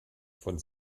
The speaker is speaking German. von